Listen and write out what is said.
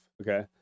Okay